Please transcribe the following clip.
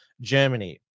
Germany